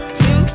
two